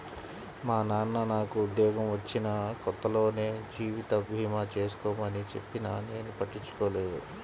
మా నాన్న నాకు ఉద్యోగం వచ్చిన కొత్తలోనే జీవిత భీమా చేసుకోమని చెప్పినా నేను పట్టించుకోలేదు